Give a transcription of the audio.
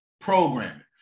programming